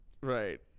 Right